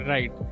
Right